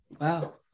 Wow